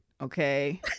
okay